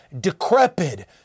decrepit